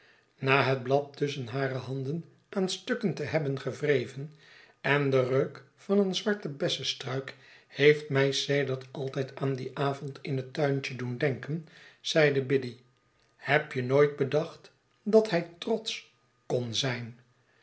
na het blad tusschen hare handen aan stuk te hebben gewreven en de reuk van een zwarten bessestruik heeft mij sedert altijd aan dien avond in het tuintje doen denken zeide biddy heb je nooit bedacht dat hij trotsch kon zijn